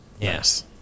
Yes